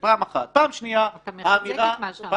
אתה מעוות את מה שאמרתי.